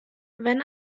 wenn